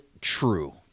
true